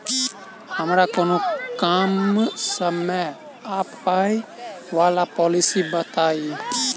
हमरा कोनो कम समय आ पाई वला पोलिसी बताई?